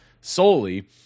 solely